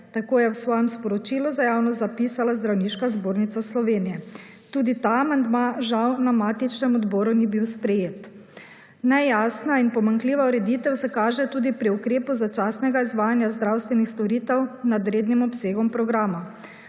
tako je v svojem sporočilu za javnost zapisala Zdravniška zbornica Slovenije. Tudi ta amandma žal na matičnem odboru ni bil sprejet. Nejasna in pomanjkljiva ureditev se kaže tudi pri ukrepu začasnega izvajanja zdravstvenih storitev nad rednim obsegom programa.